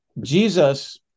Jesus